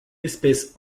espèce